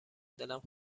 دلم